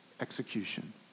execution